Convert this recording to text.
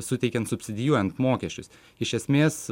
suteikiant subsidijuojant mokesčius iš esmės